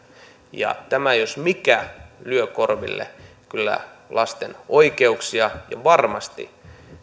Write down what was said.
tämä jos mikä kyllä lyö korville lasten oikeuksia ja varmasti ainakin